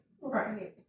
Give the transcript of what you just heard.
Right